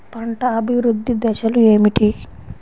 పంట అభివృద్ధి దశలు ఏమిటి?